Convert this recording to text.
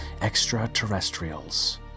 extraterrestrials